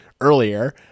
earlier